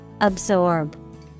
Absorb